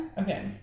Okay